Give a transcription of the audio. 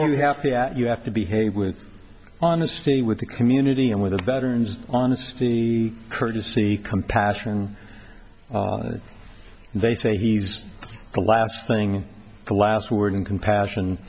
only happy at you have to behave with honesty with the community and with a better and honestly courtesy compassion and they say he's the last thing the last word in compassion